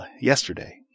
yesterday